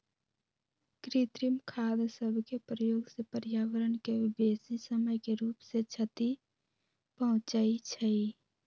कृत्रिम खाद सभके प्रयोग से पर्यावरण के बेशी समय के रूप से क्षति पहुंचइ छइ